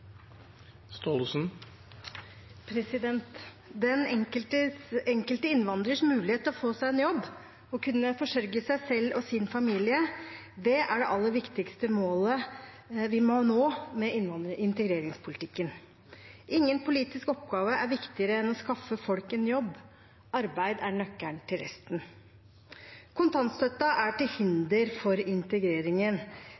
kunne forsørge seg selv og sin familie er det aller viktigste målet vi må nå med integreringspolitikken. Ingen politisk oppgave er viktigere enn å skaffe folk en jobb. Arbeid er nøkkelen til resten. Kontantstøtten er til